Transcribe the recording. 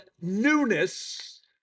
newness